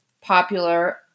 popular